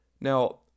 Now